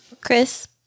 Chris